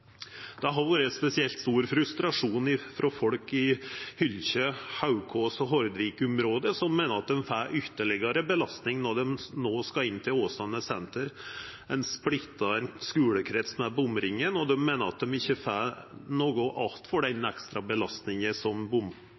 Det har vore spesielt stor frustrasjon hos folk i Hylkje-, Haukås- og Hordvik-området, som meiner at dei får ytterlegare belastning når dei no skal inn til Åsane senter, ein splitta skulekrets med bomringen, og dei meiner at dei ikkje får noko att for den ekstra belastninga som